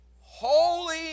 holy